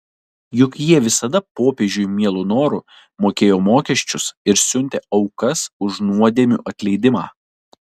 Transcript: juk jie visada popiežiui mielu noru mokėjo mokesčius ir siuntė aukas už nuodėmių atleidimą